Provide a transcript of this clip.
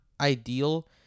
ideal